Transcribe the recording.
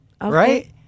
right